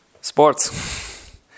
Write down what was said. Sports